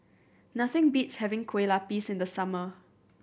nothing beats having Kueh Lupis in the summer